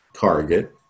target